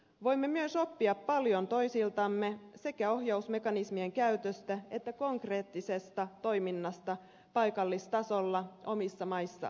voimme myös oppia paljon toisiltamme sekä ohjausmekanismien käytöstä että konkreettisesta toiminnasta paikallistasolla omissa maissamme